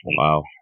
Wow